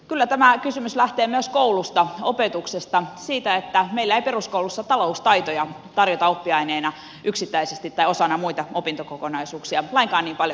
kyllä tämä kysymys lähtee myös koulusta opetuksesta siitä että meillä ei peruskoulussa taloustaitoja tarjota oppiaineena yksittäisesti tai osana muita opintokokonaisuuksia lainkaan niin paljon kuin tarvittaisiin